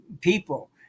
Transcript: people